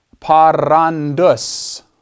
Parandus